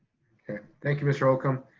okay, thank you mr. holcomb.